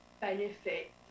benefit